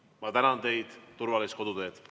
Ma tänan teid! Turvalist koduteed!